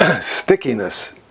stickiness